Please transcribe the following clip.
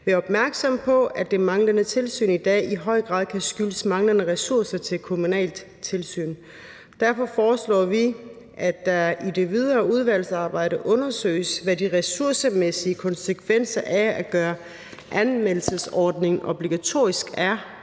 Vi er opmærksomme på, at det manglende tilsyn i dag i høj grad kan skyldes manglende ressourcer til kommunale tilsyn. Derfor foreslår vi, at der i det videre udvalgsarbejde undersøges, hvad de ressourcemæssige konsekvenser af at gøre anvendelsesordningen obligatorisk er,